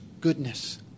goodness